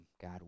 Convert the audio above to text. God